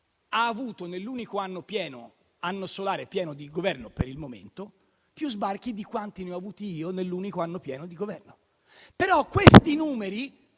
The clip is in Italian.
ha avuto, nell'unico anno solare pieno di Governo (per il momento), più sbarchi di quanti ne ho avuti io nell'unico anno pieno di Governo. Però questi numeri